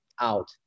out